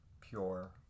Pure